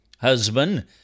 Husband